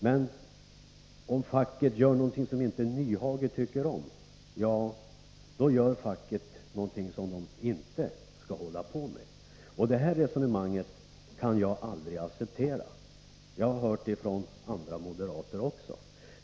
Men om facket gör någonting som Nyhage inte tycker om, då gör facket någonting som facket inte skall hålla på med. Detta resonemang kan jag aldrig acceptera. Jag har hört det från andra moderater också.